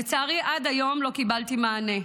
לצערי, עד היום לא קיבלתי מענה.